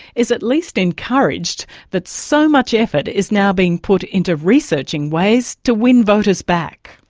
is at least encouraged that so much effort is now being put into researching ways to win voters back.